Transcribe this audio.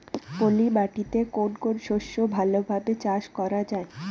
পলি মাটিতে কোন কোন শস্য ভালোভাবে চাষ করা য়ায়?